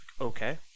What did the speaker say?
Okay